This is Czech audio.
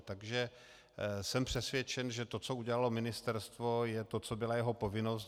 Takže jsem přesvědčen, že to, co udělalo ministerstvo, je to, co byla jeho povinnost.